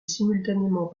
simultanément